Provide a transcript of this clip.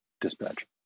dispatch